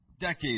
decades